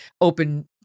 open